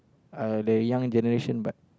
uh the young generation but